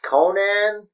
Conan